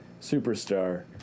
Superstar